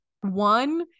One